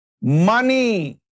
Money